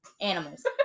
animals